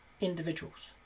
individuals